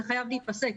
זה חייב להפסק.